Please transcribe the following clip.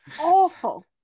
Awful